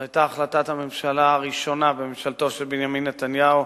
זו היתה החלטת הממשלה הראשונה בממשלתו של בנימין נתניהו,